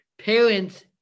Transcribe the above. Parents